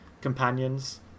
companions